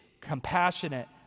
compassionate